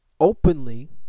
Openly